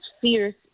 fierce